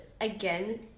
again